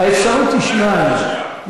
האפשרות היא שניים.